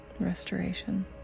restoration